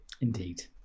Indeed